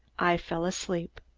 i fell asleep.